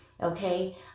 Okay